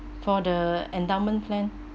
for the endowment plan